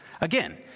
Again